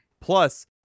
Plus